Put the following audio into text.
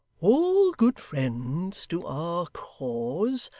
all good friends to our cause,